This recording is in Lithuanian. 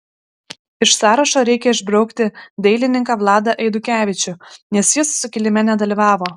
iš sąrašo reikia išbraukti dailininką vladą eidukevičių nes jis sukilime nedalyvavo